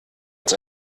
uns